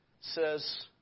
says